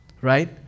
right